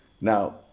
Now